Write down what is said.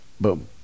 boom